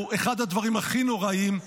הם מהדברים הכי נוראיים,